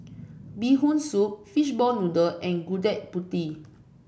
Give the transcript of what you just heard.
Bee Hoon Soup Fishball Noodle and Gudeg Putih